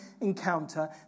encounter